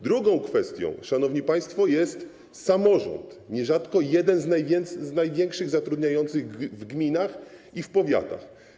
Drugą kwestią, szanowni państwo, jest samorząd, nierzadko jeden z największych zatrudniających w gminach i w powiatach.